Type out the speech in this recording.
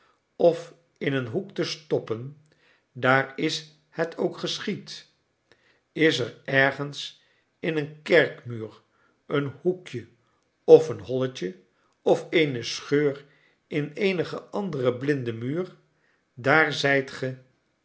of in een hoek te stoppen daar is het ook geschied is er ergens in een kerkmuur een hoekje of een holletje of eene scheur in eenigen anderen blinden muur daar zijt ge